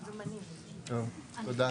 טוב, תודה.